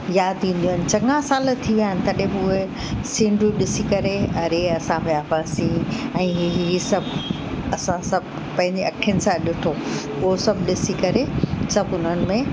यादि ईंदियूं आहिनि चङा साल थी विया आहिनि तॾहिं बि उहे सिनरियूं ॾिसी करे अरे असां वियासीं ऐं इहे इहे सभु असां सभु पंहिंजे अखियुनि सां ॾिठो उहो सभु ॾिसी करे सभु उन्हनि में